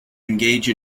engage